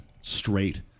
straight